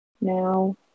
now